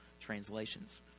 translations